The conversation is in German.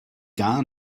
gar